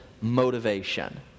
motivation